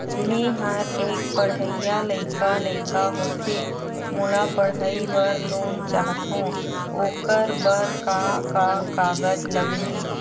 मेहर एक पढ़इया लइका लइका होथे मोला पढ़ई बर लोन चाहथों ओकर बर का का कागज लगही?